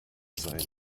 sein